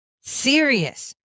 serious